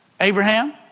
Abraham